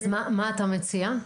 אז מה אתה מציע?